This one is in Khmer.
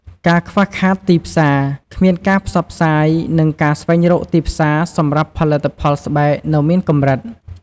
ការខ្វះខាតទីផ្សារ គ្មានការផ្សព្វផ្សាយ និងការស្វែងរកទីផ្សារសម្រាប់ផលិតផលស្បែកនៅមានកម្រិត។